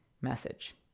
message